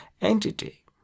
entity